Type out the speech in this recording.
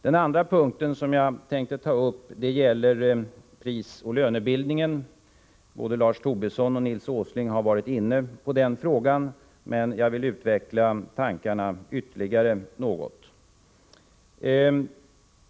Den andra punkt som jag tänkte ta upp gäller prisoch lönebildningen — både Lars Tobisson och Nils Åsling har varit inne på den frågan, men jag vill utveckla tankarna ytterligare något.